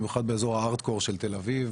במיוחד באזור הארד קור של תל-אביב,